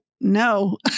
no